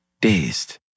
dazed